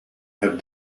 have